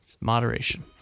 moderation